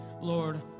Lord